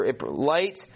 light